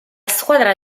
squadra